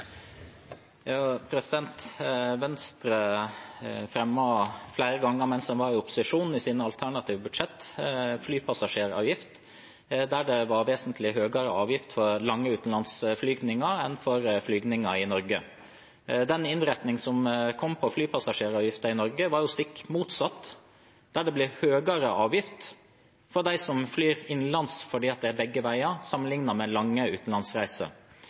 Venstre fremmet flere ganger – mens de var i opposisjon – forslag i sine alternative budsjett til en flypassasjeravgift der det var vesentlig høyere avgift på lange utenlandsflyvninger enn på flyvninger i Norge. Den innretningen som kom på flypassasjeravgiften i Norge, var stikk motsatt. Det ble høyere avgift for dem som flyr innenlands, fordi det er begge veier, sammenliknet med lange utenlandsreiser.